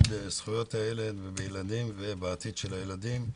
בזכויות הילד ובילדים ובעתיד של הילדים.